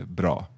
bra